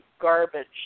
garbage